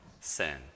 sin